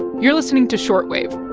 you're listening to short wave